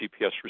GPS